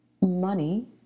money